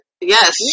Yes